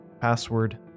Password